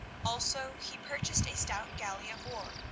also he purchased a stout galley of war,